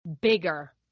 bigger